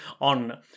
on